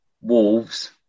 Wolves